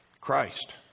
Christ